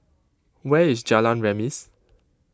where is Jalan Remis